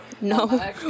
No